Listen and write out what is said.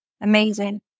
Amazing